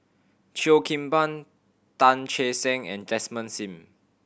Cheo Kim Ban Tan Che Sang and Desmond Sim